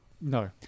No